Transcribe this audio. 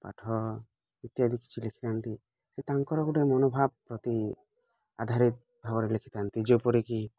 ପାଠ ଇତ୍ୟାଦି କିଛି ଲେଖିଥାନ୍ତି ସେ ତାଙ୍କର ଗୋଟେ ମନୋଭାବ ପ୍ରତି ଆଧାରିତ୍ ଭାବରେ ଲେଖିଥାନ୍ତି ଯେପରି କି